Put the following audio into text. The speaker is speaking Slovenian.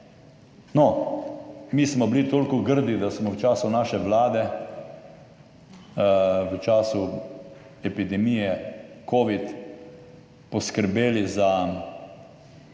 No, mi smo bili toliko grdi, da smo v času naše vlade, v času epidemije covida poskrbeli za tako